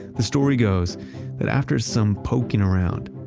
the story goes that after some poking around,